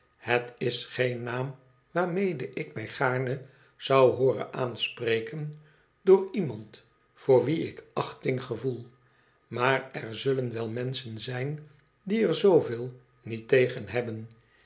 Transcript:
ihet is geen naam waarmede ik mij gaarne zou hooren aanspreken door iemand voor wien ik achting gevoel maar er zullen wel menschen zijn die er zooveel niet tegen hebben